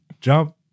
jump